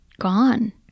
gone